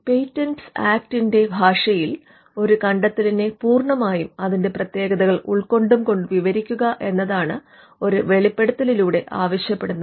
patents ആക്ടിന്റെ ഭാഷയിൽ ഒരു കണ്ടെത്തലിനെ പൂർണമായും അതിന്റെ പ്രതേകതകൾ ഉൾകൊണ്ടുകൊണ്ടും വിവരിക്കുക എന്നതാണ് ഒരു വെളിപ്പെടുത്തലിലൂടെ ആവശ്യപ്പെടുന്നത്